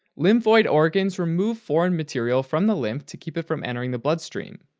lymphoid organs remove foreign material from the lymph to keep it from entering the bloodstream,